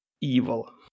evil